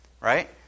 right